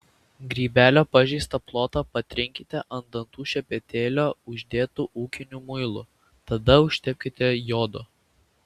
grybelio pažeistą plotą patrinkite ant dantų šepetėlio uždėtu ūkiniu muilu tada užtepkite jodo